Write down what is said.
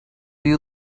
you